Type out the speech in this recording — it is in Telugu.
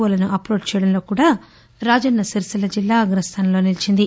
వోలను అప్లోడ్ చేయడంలో కూడా రాజన్న సిరిసిల్ల జిల్లా అగ్రస్థానంలో నిలీచింది